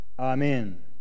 Amen